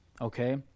okay